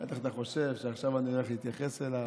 בטח אתה חושב שעכשיו אני הולך להתייחס אליו.